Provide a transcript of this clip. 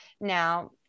now